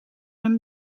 hun